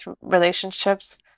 relationships